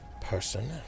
person